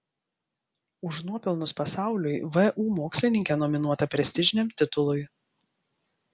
už nuopelnus pasauliui vu mokslininkė nominuota prestižiniam titului